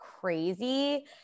crazy